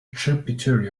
tributary